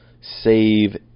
save